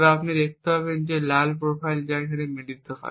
তবে আপনি দেখতে পাবেন যে লাল প্রোফাইল যা মিলিত হয়